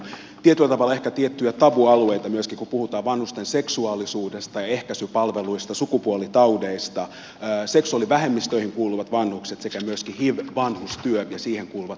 tietyllä tavalla ehkä tiettyjä tabualueita myöskin kun puhutaan vanhusten seksuaalisuudesta ja ehkäisypalveluista sukupuolitaudeista seksuaalivähemmistöihin kuuluvista vanhuksista sekä myöskin hiv vanhustyöstä ja siihen kuuluvista palveluista